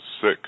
sick